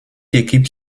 équipes